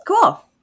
cool